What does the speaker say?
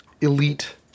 elite